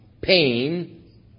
pain